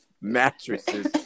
Mattresses